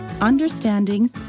Understanding